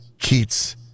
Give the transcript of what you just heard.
Keats